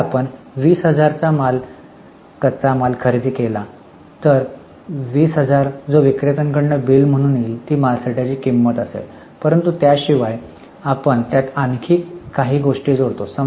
जर आपण 20000 चा कच्चा माल खरेदी केला तर 20000 जो विक्रेत्याकडून बिल म्हणून येईल जी मालसाठ्याची किंमत असेल परंतु त्याशिवाय आपण त्यात आणखी काही गोष्टी जोडतो